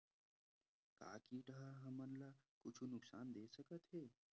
का कीट ह हमन ला कुछु नुकसान दे सकत हे?